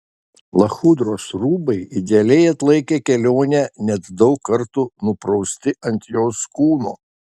lachudros rūbai idealiai atlaikė kelionę net daug kartų nuprausti ant jos kūno